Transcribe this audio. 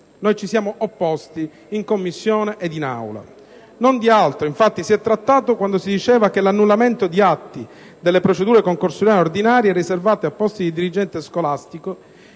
noi ci siamo opposti in Commissione ed in Aula. Non di altro, infatti, si è trattato quando si diceva che «l'annullamento di atti delle procedure concorsuali ordinarie e riservate a posti di dirigente scolastico